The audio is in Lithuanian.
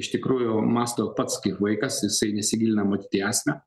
iš tikrųjų mąsto pats kaip vaikas jisai nesigilina matyt į esmę